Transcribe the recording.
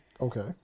Okay